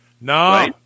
No